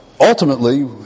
ultimately